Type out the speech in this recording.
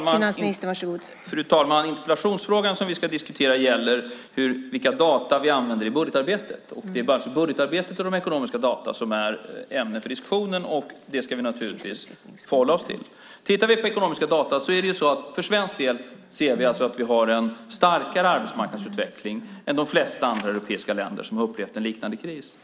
Fru talman! Interpellationsfrågan som vi ska diskutera gäller vilka data vi använder i budgetarbetet. Det är alltså budgetarbetet och ekonomiska data som är ämne för diskussionen, och det ska vi naturligtvis hålla oss till. Tittar vi på ekonomiska data ser vi att vi för svensk del har en starkare arbetsmarknadsutveckling än de flesta andra europeiska länder som har upplevt en liknande kris.